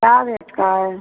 क्या रेट का है